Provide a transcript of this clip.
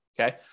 Okay